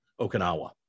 Okinawa